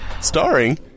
Starring